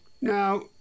Now